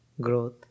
Growth